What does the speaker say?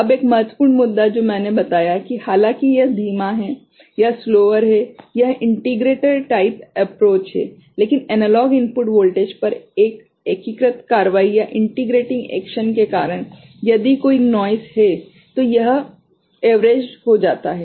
अब एक महत्वपूर्ण मुद्दा जो मैंने बताया कि हालांकि यह धीमा है यह इंटीग्रेटर टाइप एप्रोच है लेकिन एनालॉग इनपुट वोल्टेज पर इस एकीकृत कार्रवाई के कारण यदि कोई नोइस है तो यह औसत हो जाता है